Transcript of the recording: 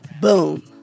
boom